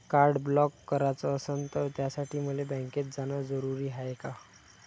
Card block कराच असनं त त्यासाठी मले बँकेत जानं जरुरी हाय का?